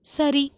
சரி